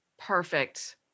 Perfect